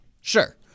Sure